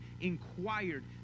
inquired